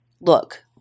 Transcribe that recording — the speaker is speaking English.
Look